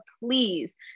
please